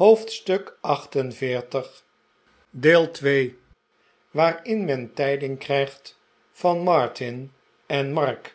hoofdstuk xl viii waarin men tijding krijgt van martin en mark r